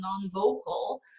non-vocal